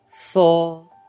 four